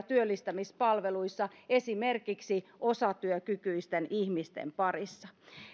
työllistämispalveluissa esimerkiksi osatyökykyisten ihmisten parissa